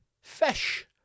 fish